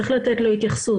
צריך לתת לו התייחסות.